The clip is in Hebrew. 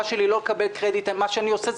שלי לא לקבל קרדיט על מה שאני עושה.